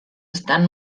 estan